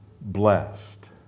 blessed